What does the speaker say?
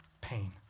pain